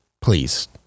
please